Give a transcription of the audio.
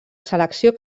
selecció